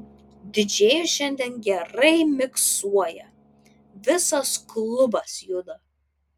didžėjus šiandien gerai miksuoja visas klubas juda